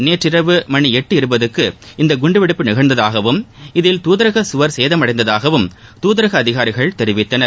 நேற்றிரவு மணி எட்டு இருபதுக்கு இந்த குண்டு வெடிப்பு நிகழ்ந்ததாகவும் இதில் தூதரக கவள் சேதம் அடைந்ததாகவும் தூதரக அதிகாரிகள் தெரிவித்தனர்